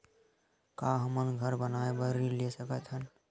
का हमन घर बनाए बार ऋण ले सकत हन?